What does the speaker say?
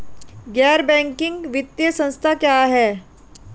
गैर बैंकिंग वित्तीय संस्था क्या है?